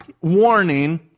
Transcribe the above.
warning